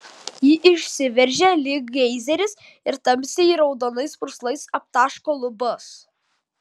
ji išsiveržia lyg geizeris ir tamsiai raudonais purslais aptaško lubas